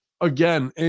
again